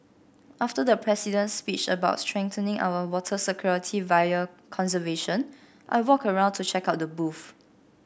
after the president's speech about strengthening our water security via conservation I walked around to check out the booths